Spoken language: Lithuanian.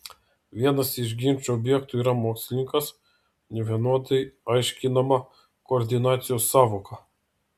vienas iš ginčo objektų yra mokslininkas nevienodai aiškinama koordinacijos sąvoka